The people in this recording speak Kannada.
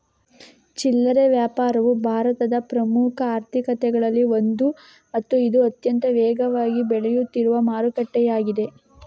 ಚಿಲ್ಲರೆ ವ್ಯಾಪಾರವು ಭಾರತದ ಪ್ರಮುಖ ಆರ್ಥಿಕತೆಗಳಲ್ಲಿ ಒಂದು ಮತ್ತು ಇದು ಅತ್ಯಂತ ವೇಗವಾಗಿ ಬೆಳೆಯುತ್ತಿರುವ ಮಾರುಕಟ್ಟೆಯಾಗಿದೆ